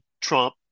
Trump